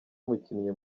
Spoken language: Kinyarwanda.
umukinnyi